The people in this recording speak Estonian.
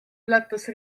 ületas